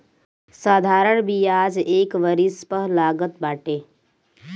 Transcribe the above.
साधारण बियाज एक वरिश पअ लागत बाटे